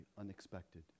unexpected